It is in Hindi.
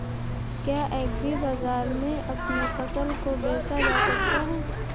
क्या एग्रीबाजार में अपनी फसल को बेचा जा सकता है?